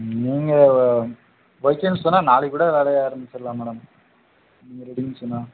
நீங்கள் ஓகேன்னு சொன்னால் நாளைக்கு கூட வேலையை ஆரம்பிச்சிரலாம் மேடம் நீங்கள் ரெடின்னு சொன்னால்